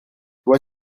toi